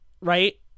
right